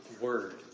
word